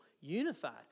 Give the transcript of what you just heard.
unified